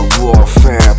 warfare